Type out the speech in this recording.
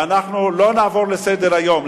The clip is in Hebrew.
ואנחנו לא נעבור לסדר-היום,